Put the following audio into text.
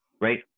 right